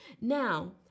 Now